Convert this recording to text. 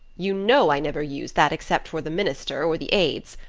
you know i never use that except for the minister or the aids.